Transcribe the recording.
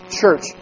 church